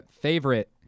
favorite